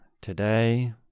today